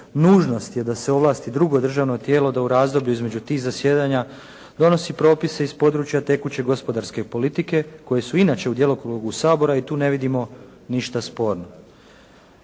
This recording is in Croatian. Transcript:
nužnost je da se ovlasti drugo državno tijelo da u razdoblju između tih zasjedanja donosi propise iz područja tekuće gospodarske politike koje su inače u djelokrugu Sabora i tu ne vidimo ništa sporno.